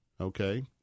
okay